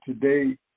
today